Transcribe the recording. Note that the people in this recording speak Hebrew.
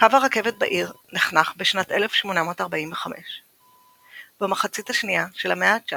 קו הרכבת בעיר נחנך בשנת 1845. במחצית השנייה של המאה ה-19